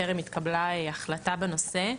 טרם התקבלה החלטה בנושא.